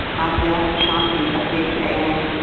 ah yeah adyashanti. s h a n